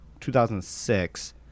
2006